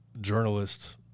journalist